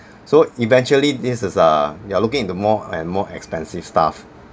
so eventually this is err you are looking into more and more expensive stuff